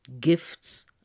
gifts